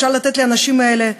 אפשר לתת לאנשים האלה,